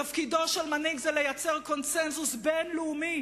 תפקידו של מנהיג זה לייצר קונסנזוס בין-לאומי